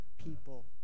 people